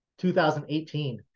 2018